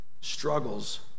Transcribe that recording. struggles